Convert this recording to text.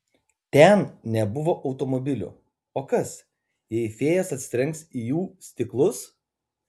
ten nebuvo automobilių o kas jei fėjos atsitrenks į jų stiklus